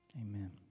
amen